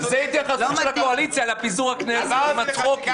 זו התייחסות הקואליציה לפיזור הכנסת צחוקים.